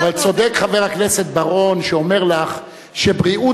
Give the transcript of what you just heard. אבל צודק חבר הכנסת בר-און שאומר לך שבריאות